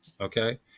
Okay